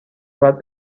باید